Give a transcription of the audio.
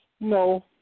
No